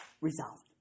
Resolved